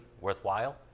worthwhile